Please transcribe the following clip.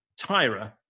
Tyra